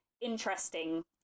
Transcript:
interesting